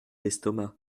l’estomac